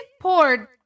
poured